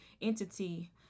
entity